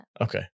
Okay